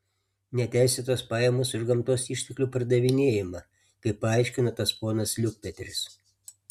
neteisėtos pajamos už gamtos išteklių pardavinėjimą kaip paaiškino tas ponas liukpetris